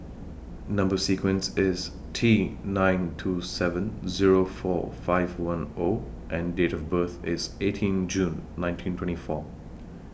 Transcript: Number sequence IS T nine two seven Zero four five one O and Date of birth IS eighteen June nineteen twenty four